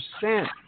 percent